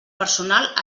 personal